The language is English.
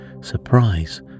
surprise